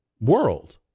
world